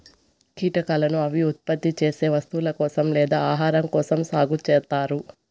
కీటకాలను అవి ఉత్పత్తి చేసే వస్తువుల కోసం లేదా ఆహారం కోసం సాగు చేత్తారు